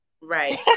Right